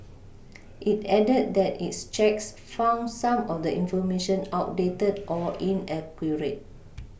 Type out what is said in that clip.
it added that its checks found some of the information outdated or inaccurate